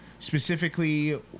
Specifically